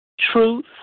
truth